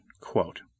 quote